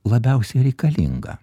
labiausiai reikalinga